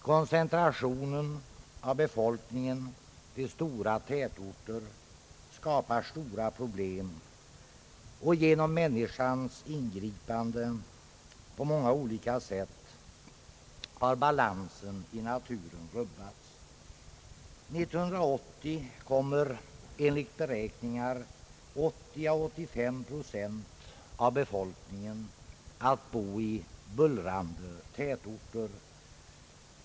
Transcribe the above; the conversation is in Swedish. Koncentrationen av befolkningen till stora tätorter skapar svåra problem, och genom människans ingripanden på många olika sätt har balansen i naturen rubbats. År 1980 kommer enligt beräkningar 80 å 85 procent av befolkningen att bo i bullrande tätorter.